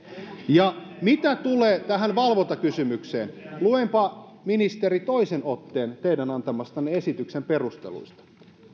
ja mitä tulee tähän valvontakysymykseen luenpa ministeri toisen otteen teidän antamanne esityksen perusteluista